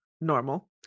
normal